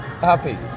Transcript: happy